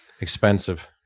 Expensive